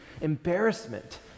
embarrassment